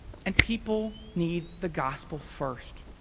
and people need the gospel first.